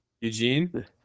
Eugene